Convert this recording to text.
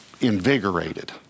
invigorated